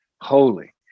holy